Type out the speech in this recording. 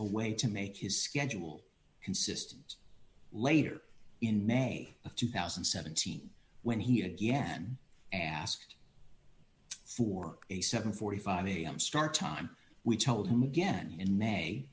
a way to make his schedule consistent later in may of two thousand and seventeen when he again asked for a seven forty five am start time we told him again in may